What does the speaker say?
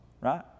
right